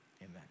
amen